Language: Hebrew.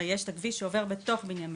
הרי יש את הכביש שעובר בתוך בנימינה,